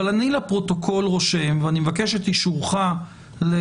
אבל אני לפרוטוקול רושם ואני מבקש את אישורך להבנתי,